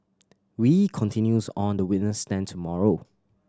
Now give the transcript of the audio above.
wee continues on the witness stand tomorrow